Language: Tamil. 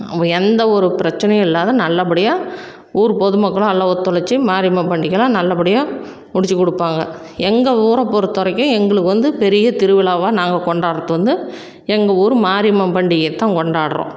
எந்தவொரு பிரச்சனையும் இல்லாத நல்லபடியாக ஊர் பொதுமக்களும் எல்லாம் ஒத்துழைச்சி மாரியம்மன் பண்டிகைலாம் நல்லபடியாக முடிச்சிக்கொடுப்பாங்க எங்கள் ஊரப் பொறுத்தவரைக்கும் எங்களுக்கு வந்து பெரிய திருவிழாவா நாங்கள் கொண்டாடுறது வந்து எங்கள் ஊர் மாரியம்மன் பண்டிகையைத்தான் கொண்டாடுறோம்